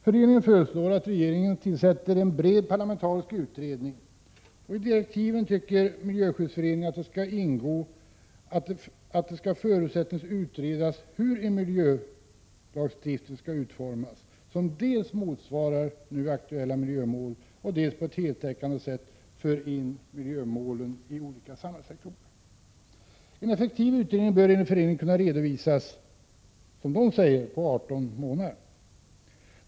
Föreningen föreslår att regeringen tillsätter en bred parlamentarisk utredning. Naturskyddsföreningen anser att det i direktiven till denna utredning skallingå att man förutsättningslöst skall utreda hur en miljölagstiftning skall utformas, så att den dels motsvarar nu aktuella miljömål, dels på ett heltäckande sätt för in miljömålen i olika samhällssektorer. En effektiv utredning bör enligt föreningens uppfattning kunna redovisa resultatet inom 18 månader.